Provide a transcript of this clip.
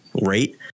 rate